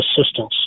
assistance